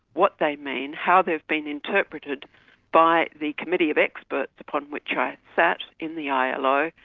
what they mean, how they've been interpreted by the committee of experts upon which i sat in the ilo,